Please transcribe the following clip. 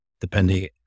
depending